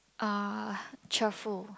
uh cheerful